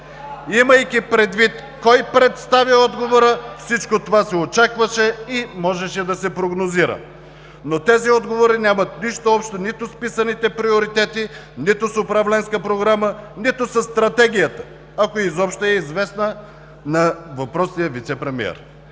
Имайки предвид кой представя отговора, всичко това се очакваше и можеше да се прогнозира, но тези отговори нямат нищо общо нито с писаните приоритети, нито с Управленска програма, нито със Стратегията, ако изобщо е известна на въпросния вицепремиер.